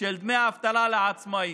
של דמי אבטלה לעצמאים,